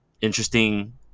interesting